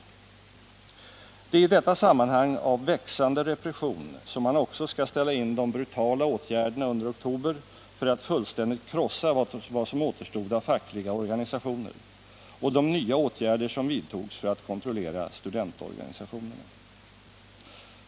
Det är i detta sammanhang av växande repression som man också skall ställa in de brutala åtgärderna under oktober för att fullständigt krossa vad som återstod av fackliga organisationer och de nya åtgärder som vidtogs för att kontrollera studentorganisationerna.